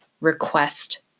request